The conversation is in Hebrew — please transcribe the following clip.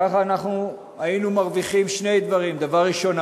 ככה היינו מרוויחים שני דברים: דבר ראשון,